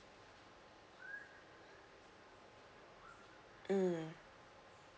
mm